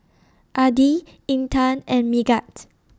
Adi Intan and Megat